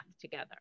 together